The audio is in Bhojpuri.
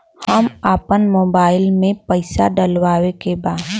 हम आपन मोबाइल में पैसा डलवावे के बा?